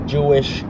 Jewish